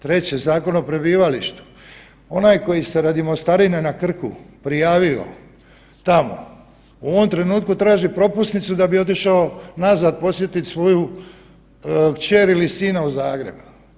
Treće, Zakon o prebivalištu, onaj koji se radi mostarine na Krku prijavio tamo u ovom trenutku traži propusnicu da bi otišao nazad posjetiti svoju kćer ili sina u Zagreb.